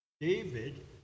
david